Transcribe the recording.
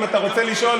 אם אתה רוצה לשאול,